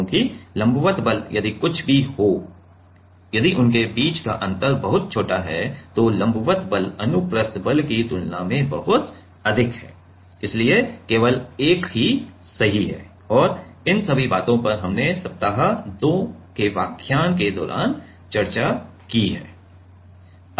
क्योंकि लंबवत बल यदि कुछ भी हो यदि उनके बीच का अंतर बहुत छोटा है तो लंबवत बल अनुप्रस्थ बल की तुलना में बहुत अधिक है इसलिए केवल 1 ही सही है और इन सभी बातों पर हमने सप्ताह 2 व्याख्यान के दौरान चर्चा की है